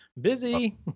Busy